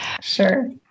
sure